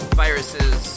viruses